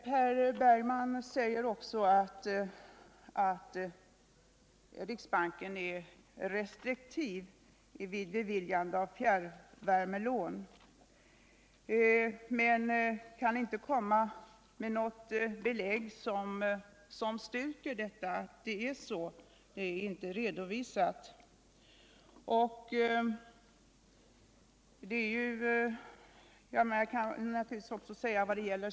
Per Bergman säger också att riksbanken är restriktiv vid beviljande av fjärrvärmelån men kan inte anföra något belägg för detta.